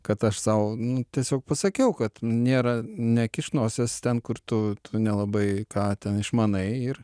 kad aš sau nu tiesiog pasakiau kad nėra nekišk nosies ten kur tu nelabai ką ten išmanai ir